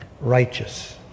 righteous